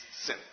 sin